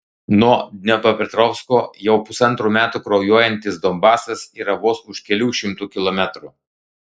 nuo dniepropetrovsko jau pusantrų metų kraujuojantis donbasas yra vos už kelių šimtų kilometrų